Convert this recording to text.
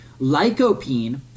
Lycopene